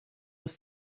with